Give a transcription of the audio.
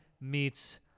meets